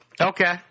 Okay